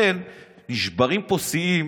נשברים פה שיאים.